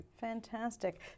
Fantastic